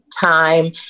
time